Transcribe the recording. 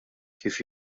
kif